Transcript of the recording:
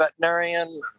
veterinarian